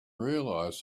realize